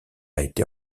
été